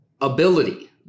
ability